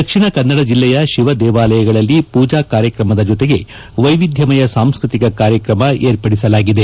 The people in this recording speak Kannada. ದಕ್ಷಿಣ ಕನ್ನಡ ಜಿಲ್ಲೆಯ ಶಿವ ದೇವಾಲಯಗಳಲ್ಲಿ ಪೂಜಾ ಕಾರ್ಯಕ್ರಮದ ಜೊತೆಗೆ ವೈವಿಧ್ಯಮಯ ಸಾಂಸ್ಕೃತಿಕ ಕಾರ್ಯಕ್ರಮ ಏರ್ಪಡಿಸಲಾಗಿದೆ